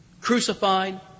crucified